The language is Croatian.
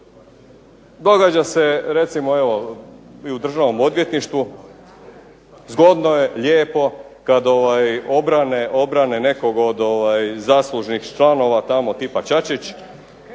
Događa se recimo evo i u Državnom odvjetništvu, zgodno je, lijepo kad obrane nekog od zaslužnih članova tamo tipa Čačić,